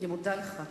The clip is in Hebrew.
אני מודה לך.